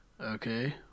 Okay